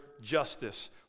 justice